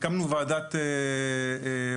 הקמנו ועדת מנכ"לים.